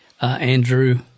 Andrew